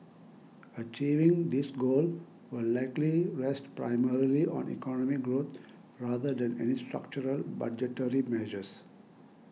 achieving this goal will likely rest primarily on economic growth rather than any structural budgetary measures